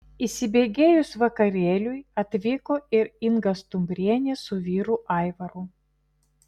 įsibėgėjus vakarėliui atvyko ir inga stumbrienė su vyru aivaru